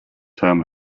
term